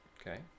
Okay